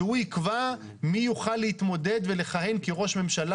שהוא יקבע מי יוכל להתמודד ולכהן כראש ממשלה,